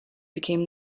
became